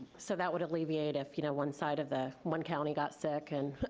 so that would alleviate if you know one side of the, one county got sick and